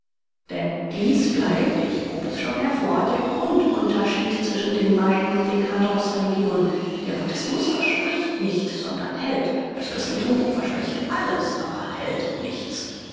denn dies bleibt ich hob es schon hervor der grundunterschied zwischen den beiden dcadence religionen der buddhismus verspricht nicht sondern hält das christentum verspricht alles aber hält nichts